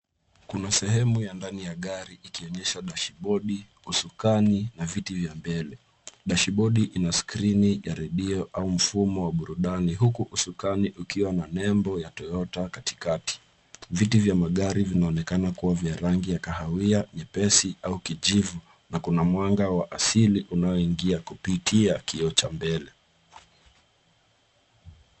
Kuna sehemu ya ndani ya gari ,ikionyesha dashibodi, usukani na viti vya mbele. Dashibodi ina skirini ya redio au mfumo wa burudani, huku usukani ukiwa na nembo ya toyota katikati. Viti vya magari vinaonekana kuwa vya rangi ya kahawia, nyepesi au kijivu na kuna mwanga wa asili unaingia kupitia kioo cha mbele.